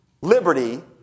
liberty